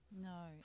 No